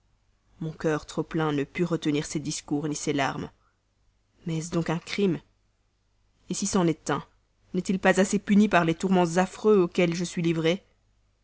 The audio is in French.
mon cœur trop plein ne put retenir ses discours ni ses larmes mais est-ce donc un crime si c'en est un n'est-il pas assez puni par les tourments affreux auxquels je suis livré